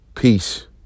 Peace